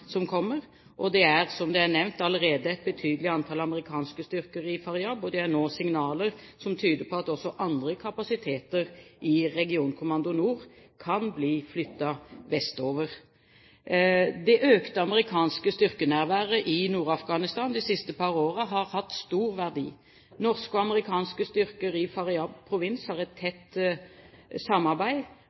som kommer. Det er, som det er nevnt, allerede et betydelig antall amerikanske styrker i Faryab, og det er nå signaler som tyder på at også andre kapasiteter i Regionkommando nord kan bli flyttet vestover. Det økte amerikanske styrkenærværet i Nord-Afghanistan de siste par årene har hatt stor verdi. Norske og amerikanske styrker i Faryab-provinsen har et tett samarbeid,